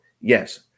Yes